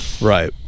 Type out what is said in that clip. Right